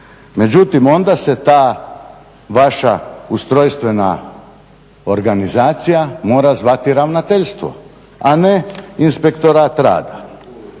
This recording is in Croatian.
Međutim onda se ta vaša ustrojstvena organizacija mora zvati ravnateljstvo, a ne inspektorat rada.